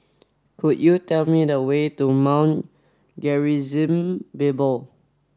could you tell me the way to Mount Gerizim Bible